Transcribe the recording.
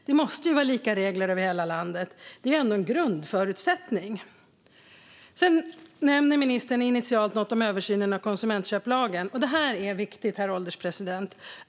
Det måste vara lika regler över hela landet; det är ändå en grundförutsättning. Ministern nämner initialt något om översynen av konsumentköplagen. Det här är viktigt, herr ålderspresident.